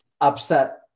upset